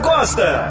Costa